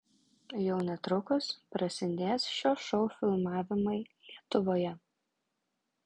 jau netrukus prasidės šio šou filmavimai lietuvoje